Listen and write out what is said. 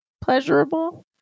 pleasurable